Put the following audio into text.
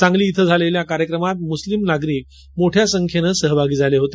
सांगली इथं झालेल्या कार्यक्रमात मुस्लिम नागरिक मोठ्या संख्येने सहभागी झाले होते